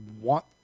want